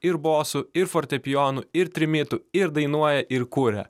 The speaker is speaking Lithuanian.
ir bosu ir fortepijonu ir trimitu ir dainuoja ir kuria